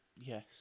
Yes